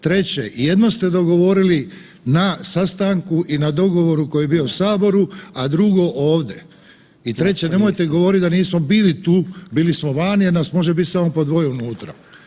Treće jedno ste dogovorili na sastanku i na dogovoru koji je bio u saboru, a drugo ovdje i treće, nemojte govoriti da nismo bili tu, bili smo vani jer nas može biti samo po dvoje unutra.